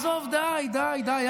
עזוב, די, די, די.